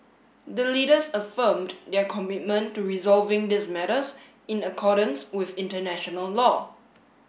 the Leaders affirmed their commitment to resolving these matters in accordance with international law